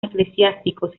eclesiásticos